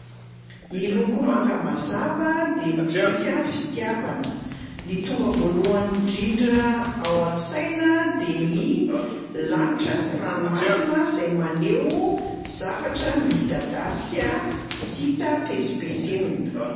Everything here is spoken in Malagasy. Ny loko manga mazava de midika fitiavana. Ny tonga voalohany ndrindra ao an-tsaina de ny la itra sy ranomasina zay maneho zavatra midadasika tsy hita pesipesenina.